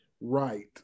Right